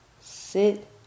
sit